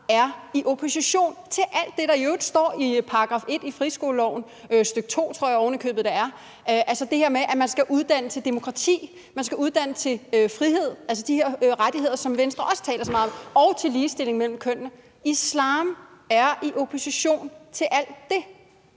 er i opposition til alt det, der i øvrigt står i § 1 i friskoleloven, stk. 2 tror jeg ovenikøbet det er, altså det her med, at man skal uddanne til demokrati, at man skal uddanne til frihed – de her rettigheder, som Venstre også taler så meget om – og at man skal uddanne til ligestilling mellem kønnene. Islam er i opposition til alt det.